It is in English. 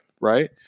Right